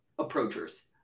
approachers